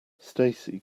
stacey